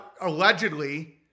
allegedly